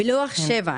בלוח שבע,